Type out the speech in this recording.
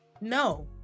No